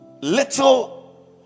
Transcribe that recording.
little